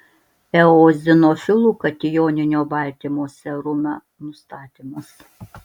eozinofilų katijoninio baltymo serume nustatymas